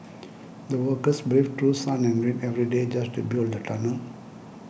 the workers braved through sun and rain every day just to build the tunnel